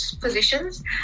positions